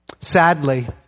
Sadly